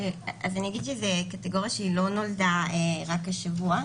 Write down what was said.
אז אני אגיד שזו קטגוריה שלא נולדה רק השבוע,